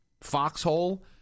Foxhole